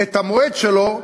את המועד שלו,